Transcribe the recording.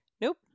Nope